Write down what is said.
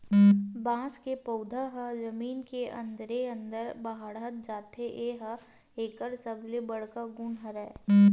बांस के पउधा ह जमीन के अंदरे अंदर बाड़हत जाथे ए ह एकर सबले बड़का गुन हरय